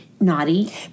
naughty